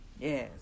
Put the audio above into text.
yes